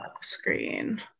Screen